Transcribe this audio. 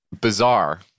Bizarre